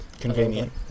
Convenient